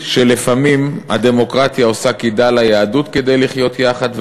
כך שלפעמים הדמוקרטיה קדה לפני היהדות כדי לחיות יחד,